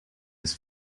his